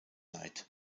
night